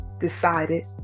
decided